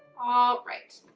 all right.